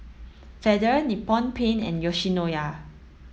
Feather Nippon Paint and Yoshinoya